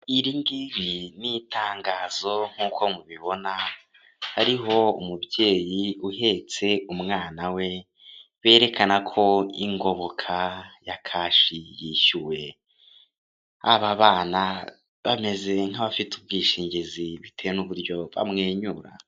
Iri ngiri n'itangazo nk'uko mubibona hariho umubyeyi uhetse umwana we, berekana ko ingoboka ya kashi yishyuwe. Aba bana bameze nk'abafite ubwishingizi bitewe n'uburyo bamwenyura.